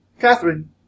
Catherine